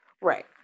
Right